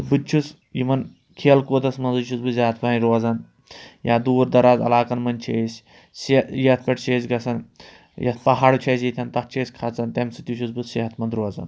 بہٕ تہِ چھُس یِمَن کھیل کوٗدَس منٛزٕے چھُس بہٕ زیادٕ پَہَم روزان یا دوٗر دَراز علاقَن منٛز چھِ أسۍ صحت یَتھ پٮ۪ٹھ چھِ أسۍ گژھان یَتھ پَہاڑ چھِ اَسہِ ییٚتیٚن تَتھ چھِ أسۍ کھَسان تَمہِ سۭتۍ تہِ چھُس بہٕ صحت منٛد روزان